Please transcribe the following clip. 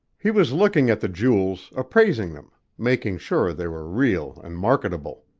he was looking at the jewels, appraising them, making sure they were real and marketable.